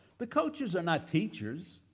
the coaches are not teachers,